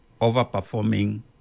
overperforming